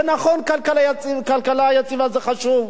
זה נכון, כלכלה יציבה זה חשוב.